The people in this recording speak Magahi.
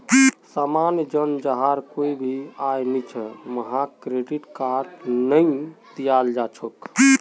सामान्य जन जहार कोई भी आय नइ छ वहाक क्रेडिट कार्ड नइ दियाल जा छेक